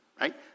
right